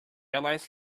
allies